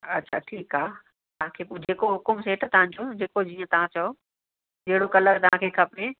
अच्छा ठीकु आहे बाक़ी जेको हुक़ुम सेठ तव्हां जो जेको जीअं तव्हां चओ जहिड़ो कलर तव्हां खे खपे